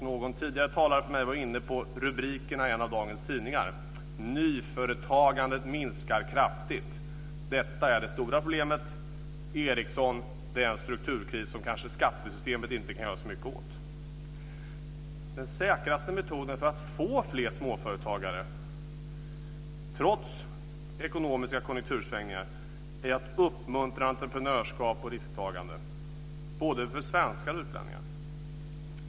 Någon tidigare talare var inne på en rubrik i en av dagens tidningar: Nyföretagandet minskar kraftigt. Detta är det stora problemet. Det här med Ericsson är en strukturkris som kanske skattesystemet inte kan göra så mycket åt. Den säkraste metoden för att få fler småföretagare, trots ekonomiska konjunktursvängningar, är att uppmuntra entreprenörskap och risktagande, både för svenskar och för utlänningar.